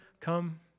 come